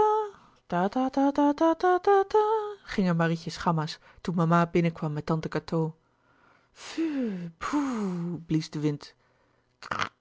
gingen marietjes gamma's toen mama binnenkwam met tante cateau phuuu bhoe blies de wind